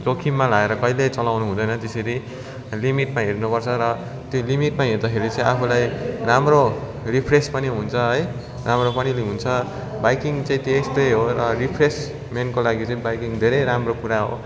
जोखिममा लाएर कहिँले चलाउनु हुँदैन त्यसरी लिमिटमा हिँड्नु पर्छ र त्यो लिमिटमा हिँड्दाखेरि चाहिँ आफूलाई राम्रो रिफ्रेस पनि हुन्छ है राम्रो पनि हुन्छ बाइकिङ चाहिँ त्यस्तै हो रिफ्रेसमेन्टको लागि चाहिँ बाइकिङ धेरै राम्रो कुरा हो